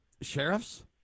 sheriffs